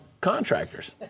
contractors